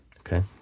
okay